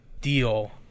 deal